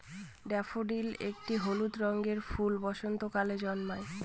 daffodil একটি হলুদ রঙের ফুল বসন্তকালে জন্মায়